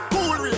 Cool